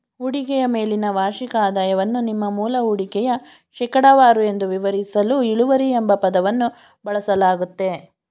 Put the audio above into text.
ಹೂಡಿಕೆಯ ಮೇಲಿನ ವಾರ್ಷಿಕ ಆದಾಯವನ್ನು ನಿಮ್ಮ ಮೂಲ ಹೂಡಿಕೆಯ ಶೇಕಡವಾರು ಎಂದು ವಿವರಿಸಲು ಇಳುವರಿ ಎಂಬ ಪದವನ್ನು ಬಳಸಲಾಗುತ್ತೆ